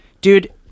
dude